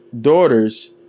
daughters